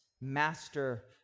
master